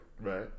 right